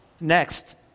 Next